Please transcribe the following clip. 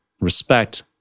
respect